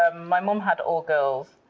um my mom had all girls.